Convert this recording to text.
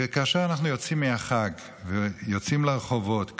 וכאשר אנחנו יוצאים מהחג ויוצאים לרחובות,